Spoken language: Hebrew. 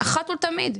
אחת ולתמיד.